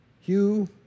Hugh